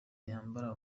yambara